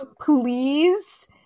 please